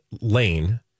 Lane